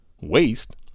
waste